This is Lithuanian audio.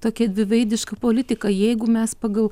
tokia dviveidiška politika jeigu mes pagal